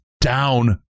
down